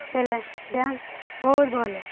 ହେଲେ ଡ୍ୟାନ୍ସ ବହୁତ ଭଲ